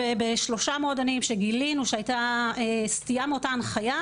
בשלושה מועדונים שגילינו שהייתה סטייה מאותה הנחיה.